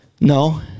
No